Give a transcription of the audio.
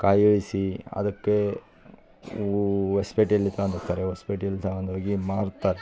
ಕಾಯಿ ಇಳಿಸಿ ಅದಕ್ಕೆ ಹೊಸ್ಪೇಟೆಯಲ್ಲಿ ತಗಂಡು ಹೋಗ್ತಾರೆ ಹೊಸ್ಪೇಟೆಯಲ್ ತಗಂಡು ಹೋಗಿ ಮಾರ್ತಾರೆ